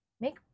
make